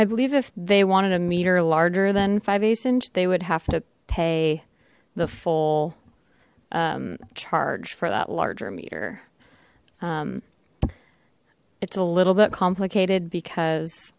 i believe if they wanted a meter larger than five eighths inch they would have to pay the full charge for that larger meter it's a little bit complicated because